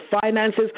finances